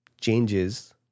changes